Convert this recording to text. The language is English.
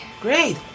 Great